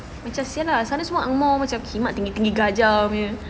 macam sia lah sana semua ang moh macam kimak tinggi-tinggi gajah punya